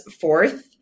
fourth